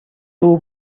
two